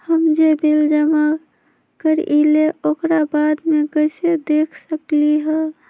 हम जे बिल जमा करईले ओकरा बाद में कैसे देख सकलि ह?